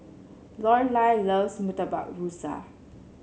Lorelai loves Murtabak Rusa